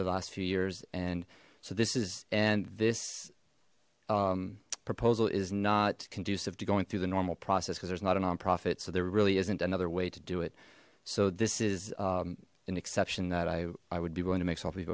the last few years and so this is and this proposal is not conducive to going through the normal process because there's not a non profit so there really isn't another way to do it so this is an exception that i i would be willing to make s